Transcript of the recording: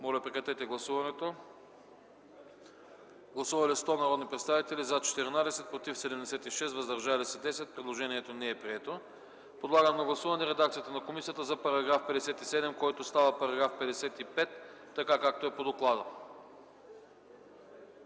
от всяка една от тях. Гласували 100 народни представители: за 14, против 76, въздържали се 10. Предложението не е прието. Подлагам на гласуване редакцията на комисията за § 57, който става § 55, така както е по доклада.